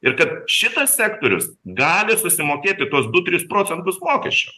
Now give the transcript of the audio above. ir kad šitas sektorius gali susimokėti tuos du tris procentus mokesčio